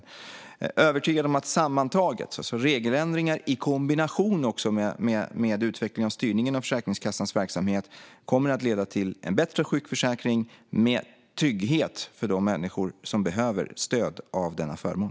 Jag är övertygad om att regeländringar i kombination med utvecklingen och styrningen av Försäkringskassans verksamhet sammantaget kommer att leda till en bättre sjukförsäkring med trygghet för de människor som behöver stöd av denna förmån.